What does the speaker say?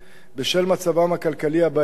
בשל מצבם הכלכלי הבעייתי,